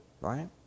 Right